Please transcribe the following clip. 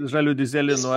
žaliu dyzelinu